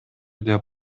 деп